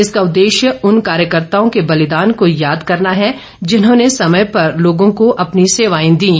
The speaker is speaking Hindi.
इसका उद्देश्य उन कार्यकर्ताओं के बलिदान को याद करना है जिन्होंने समय पर लोगों को अपनी सेवायें दीं